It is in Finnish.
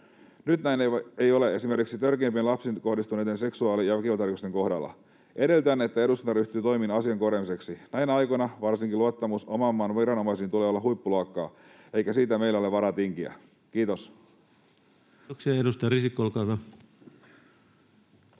Nyt näin ei ole esimerkiksi törkeimpien lapsiin kohdistuneiden seksuaali- ja väkivaltarikosten kohdalla. Edellytän, että eduskunta ryhtyy toimiin asian korjaamiseksi. Varsinkin näinä aikoina luottamuksen oman maan viranomaisiin tulee olla huippuluokkaa, eikä siitä meillä ole varaa tinkiä. — Kiitos.